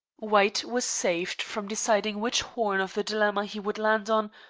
white was saved from deciding which horn of the dilemma he would land on,